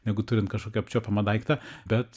negu turint kažkokį apčiuopiamą daiktą bet